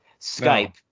Skype